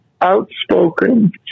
outspoken